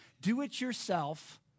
do-it-yourself